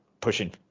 pushing